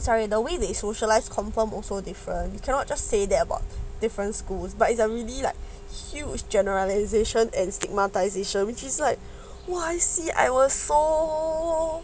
its like in a way they socialised confirm also differ you cannot just say that about different schools but it's a really like huge generalisation and stigmatisation its like !wah! I was so